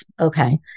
Okay